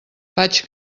faig